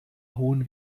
hohen